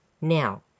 Now